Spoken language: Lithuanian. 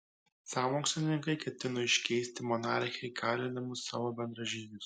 sąmokslininkai ketino iškeisti monarchę į kalinamus savo bendražygius